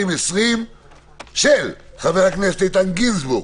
של חברי הכנסת איתן גינזבורג,